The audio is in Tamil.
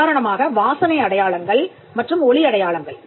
உதாரணமாக வாசனை அடையாளங்கள் மற்றும் ஒலி அடையாளங்கள்